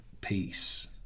peace